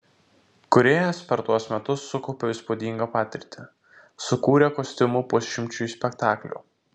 kūrėjas per tuos metus sukaupė įspūdingą patirtį sukūrė kostiumų pusšimčiui spektaklių